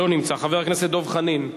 לא נמצא, חבר הכנסת דב חנין,